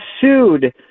sued